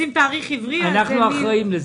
אנחנו אחראים לזה.